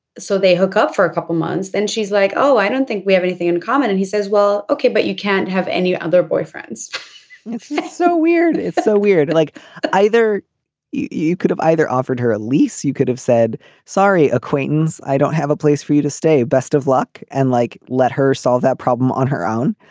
so they hook up for a couple months. then she's like oh i don't think we have anything in common. and he says well ok. but you can't have any other boyfriends. it's so weird it's so weird like either you could have either offered her a lease you could have said sorry acquaintance i don't have a place for you to stay. best of luck and like let her solve that problem on her own.